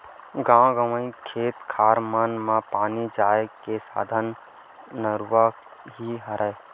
गाँव गंवई के खेत खार मन म पानी जाय के साधन नरूवा ही हरय